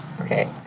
Okay